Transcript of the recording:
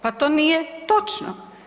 Pa to nije točno.